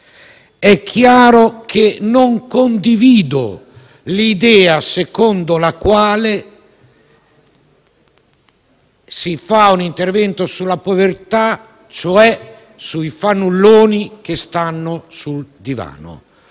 e chiaramente non condivido l'idea secondo la quale se si fa un intervento sulla povertà lo si fa per i fannulloni che stanno sul divano.